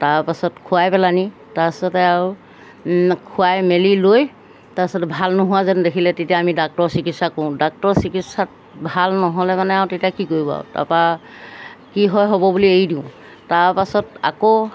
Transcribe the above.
তাৰপাছত খুৱাই পেলাহিনি তাৰপাছতে আৰু খুৱাই মেলি লৈ তাৰপিছত ভাল নোহোৱা যেনে দেখিলে তেতিয়া আমি ডাক্তৰৰ চিকিৎসা কৰোঁ ডাক্তৰ চিকিৎসাত ভাল নহ'লে মানে আৰু তেতিয়া কি কৰিব আৰু তাৰপৰা কি হয় হ'ব বুলি এৰি দিওঁ তাৰপাছত আকৌ